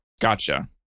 Gotcha